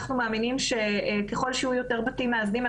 אנחנו מאמינים שככל שיהיו יותר בתים מאזנים,